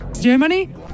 Germany